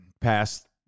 past